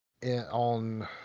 On